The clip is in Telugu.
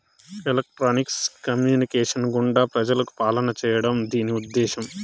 ఎలక్ట్రానిక్స్ కమ్యూనికేషన్స్ గుండా ప్రజలకు పాలన చేయడం దీని ఉద్దేశం